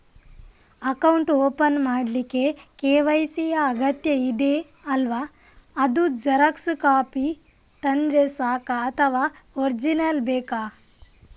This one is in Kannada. ಅಕೌಂಟ್ ಓಪನ್ ಮಾಡ್ಲಿಕ್ಕೆ ಕೆ.ವೈ.ಸಿ ಯಾ ಅಗತ್ಯ ಇದೆ ಅಲ್ವ ಅದು ಜೆರಾಕ್ಸ್ ಕಾಪಿ ತಂದ್ರೆ ಸಾಕ ಅಥವಾ ಒರಿಜಿನಲ್ ಬೇಕಾ?